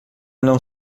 não